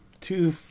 Two